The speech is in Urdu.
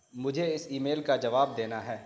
مجھے اس ای میل کا جواب دینا ہے